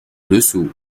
dessous